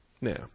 Now